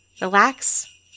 relax